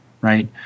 Right